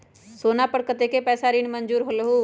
सोना पर कतेक पैसा ऋण मंजूर होलहु?